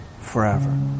forever